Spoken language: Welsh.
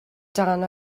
dan